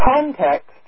context